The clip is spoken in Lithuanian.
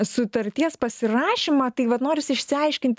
sutarties pasirašymą tai vat norisi išsiaiškint